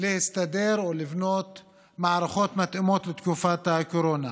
להסתדר או לבנות מערכות מתאימות לתקופת הקורונה.